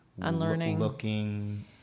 unlearning-looking